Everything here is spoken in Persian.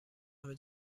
همه